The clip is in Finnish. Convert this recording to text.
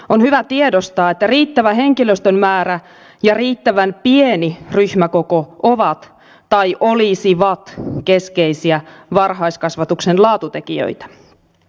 on hyvä tiedostaa että riittävä henkilöstön määrä ja riittävän pieni ryhmäkoko ovat tai olisivat keskeisiä varhaiskasvatuksen laatutekijöitä